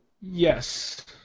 Yes